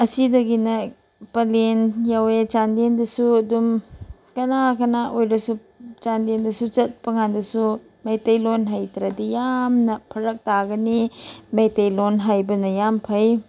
ꯑꯁꯤꯗꯒꯤꯅ ꯄꯂꯦꯜ ꯌꯧꯋꯦ ꯆꯥꯟꯗꯦꯜꯗꯁꯨ ꯑꯗꯨꯝ ꯀꯅꯥ ꯀꯅꯥ ꯑꯣꯏꯔꯁꯨ ꯆꯥꯟꯗꯦꯜꯗꯁꯨ ꯆꯠꯄꯀꯥꯟꯗꯁꯨ ꯃꯩꯇꯩꯂꯣꯟ ꯍꯩꯇ꯭ꯔꯗꯤ ꯌꯥꯝꯅ ꯐꯔꯛ ꯇꯥꯒꯅꯤ ꯃꯩꯇꯩꯂꯣꯟ ꯍꯩꯕꯅ ꯌꯥꯝ ꯐꯩ